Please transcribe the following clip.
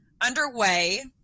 underway